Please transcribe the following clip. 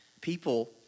people